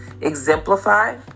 exemplify